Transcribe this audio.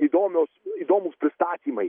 įdomios įdomūs pristatymai